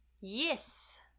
Yes